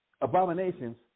abominations